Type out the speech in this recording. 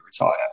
retire